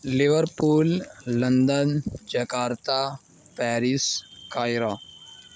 liver پول London Jakarta Paris قاہرہ